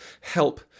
help